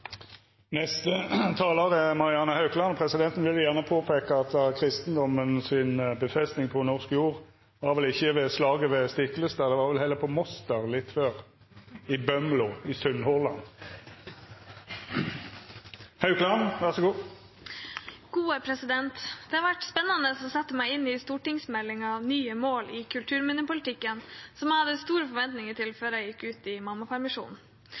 og veien. Presidenten vil gjerne påpeika at kristendomen sitt feste på norsk jord var vel ikkje ved slaget på Stiklestad, det var vel heller på Moster litt før, i Bømlo i Sunnhordland Det har vært spennende å sette seg inn i stortingsmeldingen Nye mål i kulturmiljøpolitikken, som jeg hadde store forventinger til før jeg gikk ut i mammapermisjon.